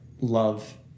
love